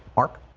mark